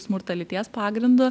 smurtą lyties pagrindu